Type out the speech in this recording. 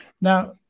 Now